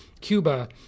Cuba